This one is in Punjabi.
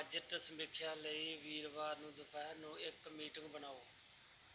ਬਜਟ ਸਮੀਖਿਆ ਲਈ ਵੀਰਵਾਰ ਨੂੰ ਦੁਪਹਿਰ ਨੂੰ ਇੱਕ ਮੀਟਿੰਗ ਬਣਾਓ